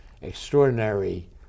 extraordinary